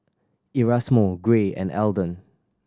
Erasmo Gray and Elden